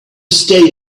stay